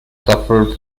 suffered